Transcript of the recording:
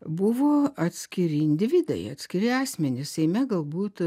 buvo atskiri individai atskiri asmenys seime galbūt